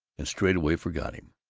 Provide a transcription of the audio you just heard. and straightway forgot him.